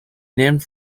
named